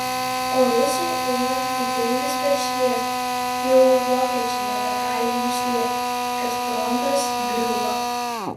o rusai eina kaip peilis per sviestą jau ir vokiečiai nebegali nuslėpti kad frontas griūva